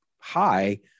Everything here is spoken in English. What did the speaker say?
high